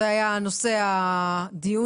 זה היה נושא המכתב